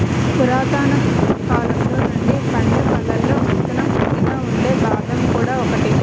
పురాతనకాలం నుండి పండే పళ్లలో విత్తనం గట్టిగా ఉండే బాదం కూడా ఒకటి